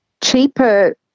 cheaper